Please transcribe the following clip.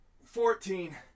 fourteen